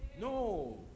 No